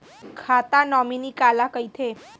खाता नॉमिनी काला कइथे?